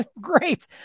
Great